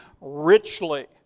richly